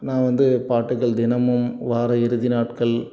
நான் வந்து பாட்டுகள் தினமும் வார இறுதி நாட்கள்